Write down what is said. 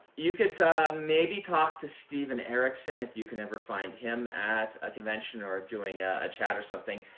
you could maybe talk to steven erikson, if you can ever find him at a convention or doing a chat or something.